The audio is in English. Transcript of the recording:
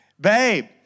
babe